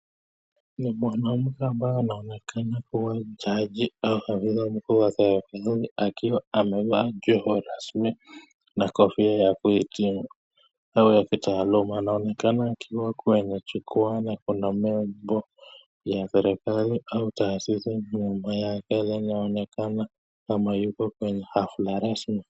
mwanamke ambaye anaonekana kuwa jaji au afisa mkuu wa serikali akiwa amevalia joho rasmi na kofia ya kuhitimu au ya kitaaluma. Anaonekana akiwa kwenye jukwaa na kuna nembo ya serikali au taasisi nyuma yake. Lenyewe linaonekana kama yuko kwenye hafla rasmi.